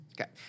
Okay